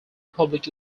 public